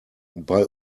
bei